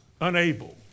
unable